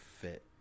fit